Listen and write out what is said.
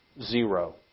Zero